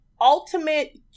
ultimate